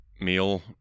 meal